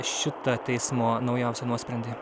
šitą teismo naujausią nuosprendį